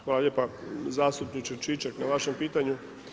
Hvala lijepa zastupniče Čičak na vašem pitanju.